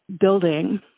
building